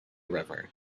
river